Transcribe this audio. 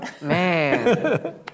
Man